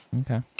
Okay